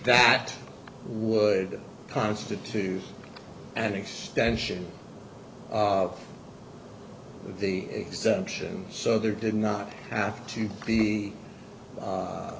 that would constitute an extension of the exemption so there did not have to be